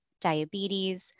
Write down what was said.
diabetes